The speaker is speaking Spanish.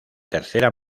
tercera